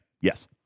Yes